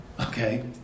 Okay